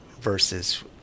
versus